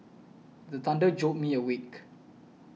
the thunder jolt me awake